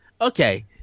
okay